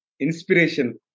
Inspiration